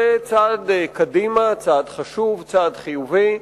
זה צעד קדימה, צעד חשוב, צעד חיובי,